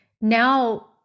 now